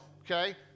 okay